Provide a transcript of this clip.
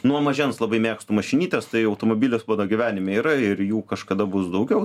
nuo mažens labai mėgstu mašinytes tai automobilis mano gyvenime yra ir jų kažkada bus daugiau